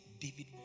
David